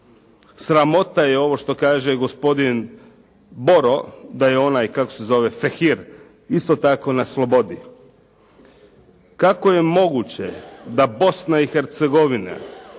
Sramota je ovo što kaže gospodin Boro da je onaj Fehir isto tako na slobodi. Kako je moguće da Bosna i Hercegovina